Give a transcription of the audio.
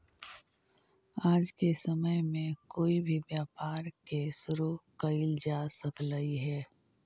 आज के समय में कोई भी व्यापार के शुरू कयल जा सकलई हे